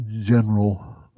general